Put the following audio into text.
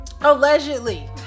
Allegedly